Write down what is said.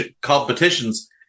competitions